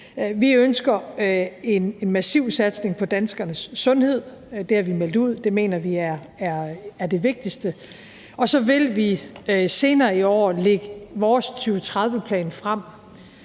Vi ønsker en massiv satsning på danskernes sundhed, og det har vi meldt ud; det mener vi er det vigtigste. Og så vil vi senere i år lægge vores 2030-plan plan